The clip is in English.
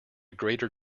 greater